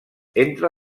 entre